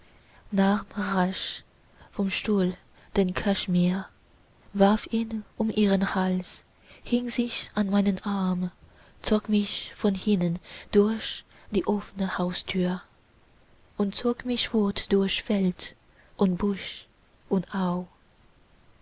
vom stuhl den kaschemir warf ihn um ihren hals hing sich an meinen arm zog mich von hinnen durch die offne haustür und zog mich fort durch feld und busch und